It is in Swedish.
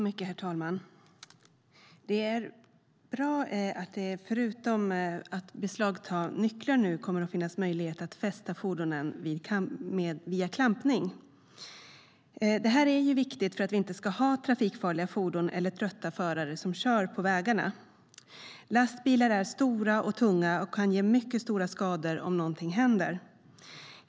Herr talman! Det är bra att det förutom att beslagta nycklar nu kommer att finnas möjlighet att fästa fordonen via klampning. Detta är viktigt för att vi inte ska ha trafikfarliga fordon eller trötta förare som kör på vägarna. Lastbilar är stora och tunga och kan ge mycket stora skador om någonting händer.